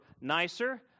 nicer